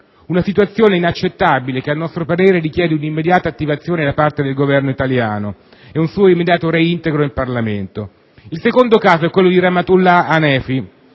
una situazione inaccettabile che a nostro parere richiede l'immediata attivazione da parte del Governo italiano per un suo immediato reintegro in Parlamento. Il secondo caso è quello Rahmatullah Hanefi,